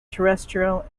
terrestrial